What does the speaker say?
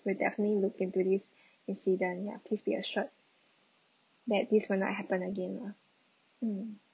we'll definitely look into this incident yeah please be assured that this will not happen again lah mm